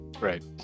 Right